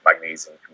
magnesium